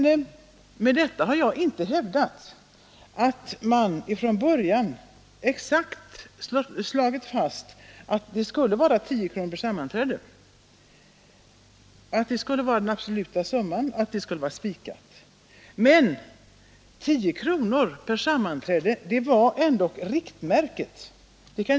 Med detta har jag inte hävdat att man från början skulle ha slagit fast 10 kronor som den absoluta summan per sammankomst. Ingen kan dock förneka att 10 kronor per sammankomst ändå var riktmärket.